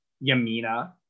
Yamina